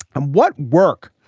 um what work?